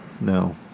No